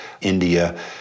India